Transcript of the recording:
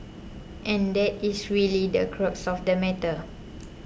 and that is really the crux of the matter